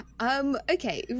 Okay